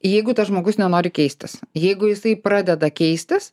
jeigu tas žmogus nenori keistis jeigu jisai pradeda keistis